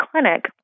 clinic